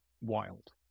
wild